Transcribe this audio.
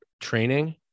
training